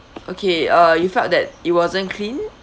okay uh you felt that it wasn't clean